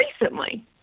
recently